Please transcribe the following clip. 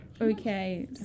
okay